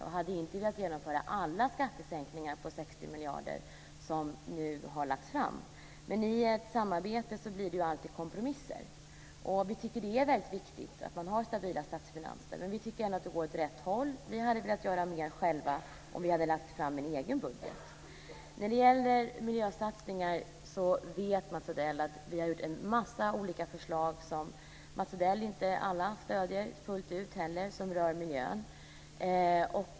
Vi hade inte velat genomföra alla skattesänkningar på 60 miljarder som nu har föreslagits. Men i ett samarbete blir det alltid kompromisser. Det är väldigt viktigt att man har stabila statsfinanser. Men det går ändå åt rätt håll. Vi hade velat göra mer själva om vi hade lagt fram en egen budget. När det gäller miljösatsningar vet Mats Odell att vi har lagt fram en massa olika förslag som rör miljön som inte heller Mats Odell alltid stöder fullt ut.